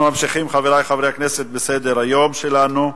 אנחנו ממשיכים, חברי חברי הכנסת, בסדר-היום שלנו.